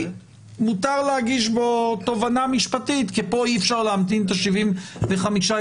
מותר להגיש בו תובנה משפטית כי פה אי אפשר להמתין את 75 הימים.